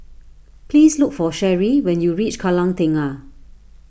please look for Cherie when you reach Kallang Tengah